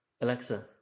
alexa